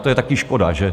To je také škoda, že?